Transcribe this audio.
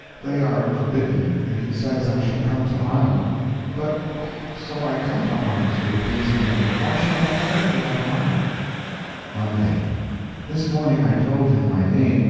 they are forbidden, and he says i shall come to harm but so i come to harm through pleasing him, why shall i care for that harm monday this morning i told him my name,